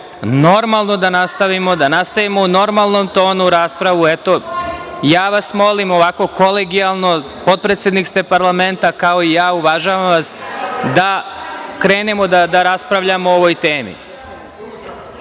nastavimo, da nastavimo u normalnom tonu raspravu. Eto, ja vas molim, ovako kolegijalno, potpredsednik ste parlamenta kao i ja, uvažavam vas, da krenemo da raspravljamo o ovoj